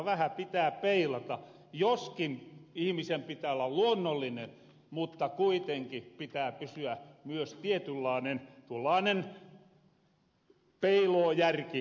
vähä pitää peilata joskin ihmisen pitää olla luonnollinen mutta kuitenkin pitää pysyä myös tietynlaanen tuollaanen peiloojärki tallella